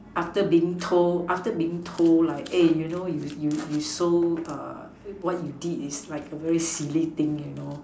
after being told after being told like eh you know you you so what you did is like a very silly thing